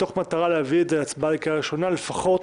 מתוך מטרה להביא את זה להצבעה בקריאה ראשונה לפחות